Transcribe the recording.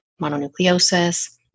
mononucleosis